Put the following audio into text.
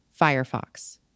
Firefox